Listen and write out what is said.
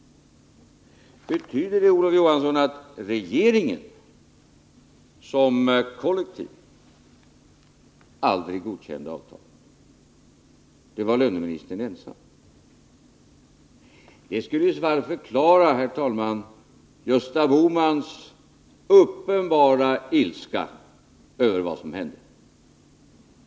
Betyder det, Olof Johansson, att regeringen som kollektiv aldrig godkände avtalet, utan att det var löneministern ensam som godkände det? Det skulle i så fall förklara, herr talman, Gösta Bohmans uppenbara ilska över vad som hände.